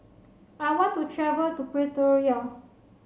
I want to travel to Pretoria